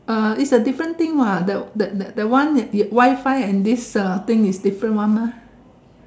uh is a different thing what the the the one Wi-Fi and this uh thing is different one mah